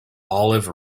olive